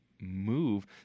move